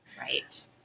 Right